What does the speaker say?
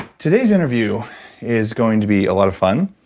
today's interview is going to be a lot of fun.